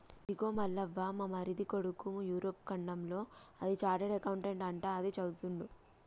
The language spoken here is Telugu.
ఇదిగో మల్లవ్వ మా మరిది కొడుకు యూరప్ ఖండంలో అది చార్టెడ్ అకౌంట్ అంట అది చదువుతుండు